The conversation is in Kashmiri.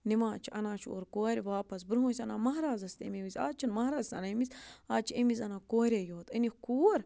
نِوان چھِ انان چھِ اورٕ کورِ واپَس برٛونٛہہ ٲسۍ انان مہرازَس تہِ اَمی وِزِ آز چھِنہٕ مہراز تہِ اَنان اَمہِ وِزِ آز چھِ اَمہِ وِزِ انان کورے یوت أنِکھ کوٗر